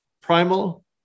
Primal